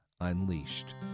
Unleashed